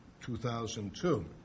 2002